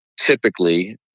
typically